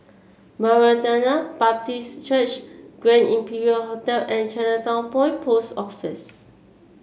Maranatha Baptist Church Grand Imperial Hotel and Chinatown Point Post Office